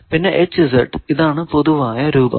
പിന്നെ ഇതാണ് പൊതുവായ രൂപം